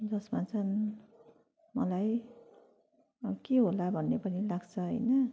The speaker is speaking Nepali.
जसमा चाहिँ मलाई के होला भन्ने पनि लाग्छ होइन